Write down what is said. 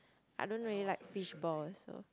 I don't really like fishballs also